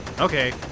Okay